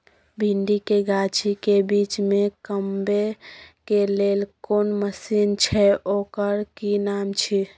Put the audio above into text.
भिंडी के गाछी के बीच में कमबै के लेल कोन मसीन छै ओकर कि नाम छी?